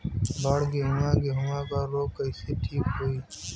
बड गेहूँवा गेहूँवा क रोग कईसे ठीक होई?